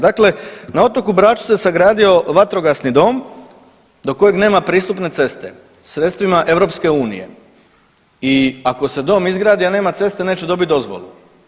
Dakle, na otoku Braču se sagradio vatrogasni dom do kojeg nema pristupne ceste, sredstvima EU i ako se dom izgradi, a nema ceste neće dobiti dozvolu.